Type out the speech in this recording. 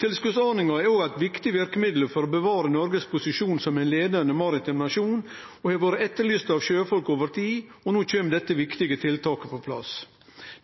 Tilskotsordninga er òg eit viktig verkemiddel for å bevare Noregs posisjon som ein leiande maritim nasjon og har vore etterlyst av sjøfolk over tid. No kjem dette viktige tiltaket på plass.